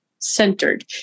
Centered